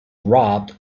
robbed